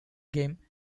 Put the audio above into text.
game